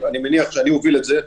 אני מניח שאני אוביל את זה,